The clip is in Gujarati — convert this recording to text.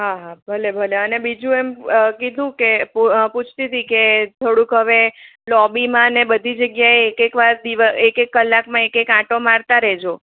હા ભલે ભલે અને બીજું એમ કીધું કે પૂછતી હતી કે થોડુંક હવે લોબીમાં ને બધી જગ્યાએ એક એક વાર એક એક કલાકમાં એક એક વાર આંટો મારતા રહેજો